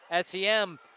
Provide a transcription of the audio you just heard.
SEM